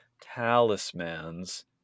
talismans